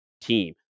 team